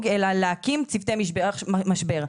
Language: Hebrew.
וגם לחזק בקריאה הזאת את משרד הבריאות.